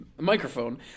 microphone